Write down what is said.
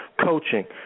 coaching